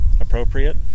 appropriate